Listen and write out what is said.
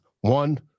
one